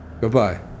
Goodbye